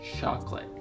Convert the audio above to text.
chocolate